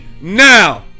now